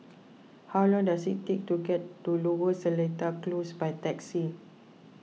how long does it take to get to Lower Seletar Close by taxi